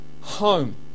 home